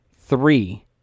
three